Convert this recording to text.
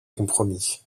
compromis